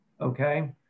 okay